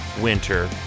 winter